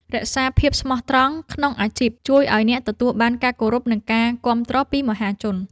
រក្សាភាពស្មោះត្រង់ក្នុងអាជីពជួយឱ្យអ្នកទទួលបានការគោរព និង ការគាំទ្រពីមហាជន។